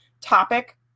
topic